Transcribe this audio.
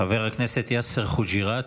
חבר הכנסת יאסר חוג'יראת,